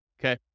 Okay